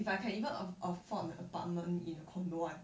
if I can even aff~ afford a apartment in a condo I